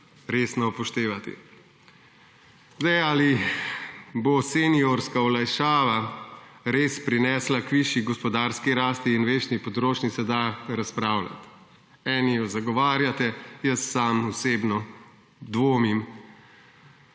resno upoštevati. Zdaj, ali bo seniorska olajšava res prinesla k višji gospodarski rasti in večji potrošnji, se da razpravljati. Eni jo zagovarjate, jaz sam osebno dvomim